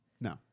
No